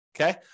okay